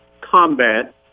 combat